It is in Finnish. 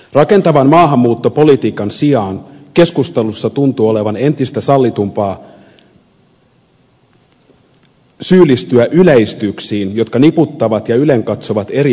rakentavan maahanmuuttopolitiikan sijaan keskustelussa tuntuu olevan entistä sallitumpaa syyllistyä yleistyksiin jotka niputtavat ja ylenkatsovat eri maahanmuuttajaryhmiä